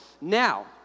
Now